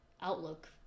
outlook